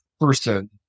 person